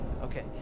okay